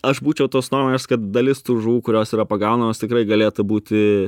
aš būčiau tos nuomonės kad dalis tų žuvų kurios yra pagaunamos tikrai galėtų būti